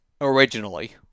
originally